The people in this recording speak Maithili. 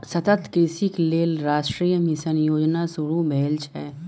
सतत कृषिक लेल राष्ट्रीय मिशन योजना शुरू भेल छै